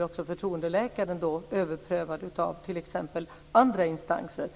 också förtroendeläkaren indirekt blir överprövad av t.ex. andra instanser.